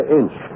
inch